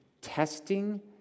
Testing